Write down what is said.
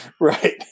Right